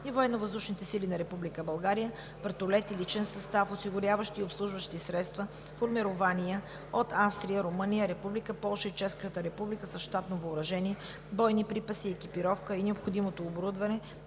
– вертолет и личен състав, осигуряващи и обслужващи средства, формирования от Австрия, Румъния, Република Полша и Чешката република с щатно въоръжение, бойни припаси, екипировка и необходимото оборудване